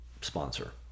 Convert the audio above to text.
sponsor